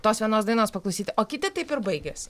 tos vienos dainos paklausyti o kiti taip ir baigiasi